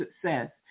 success